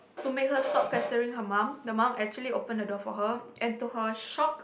to make her stop pestering her mum the mum actually open the door for her and to her shock